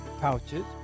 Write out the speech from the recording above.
pouches